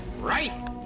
Right